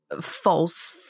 False